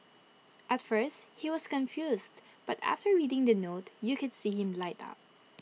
at first he was confused but after reading the note you could see him light up